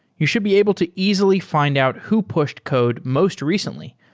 you should be able to easily fi nd out who pushed code most recently,